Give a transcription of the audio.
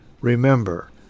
Remember